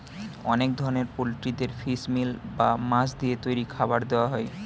অনেক ধরনের পোল্ট্রিদের ফিশ মিল বা মাছ দিয়ে তৈরি খাবার দেওয়া হয়